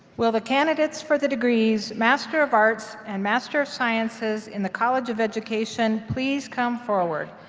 will the candidates for the degrees, master of arts and master of sciences in the college of education please come forward.